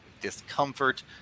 discomfort